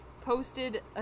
posted